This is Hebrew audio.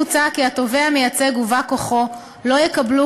מוצע כי התובע המייצג ובא-כוחו לא יקבלו